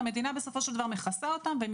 אבל המדינה בסופו של דבר מכסה אותם והם